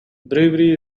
bravery